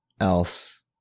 else